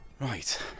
Right